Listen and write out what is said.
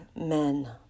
men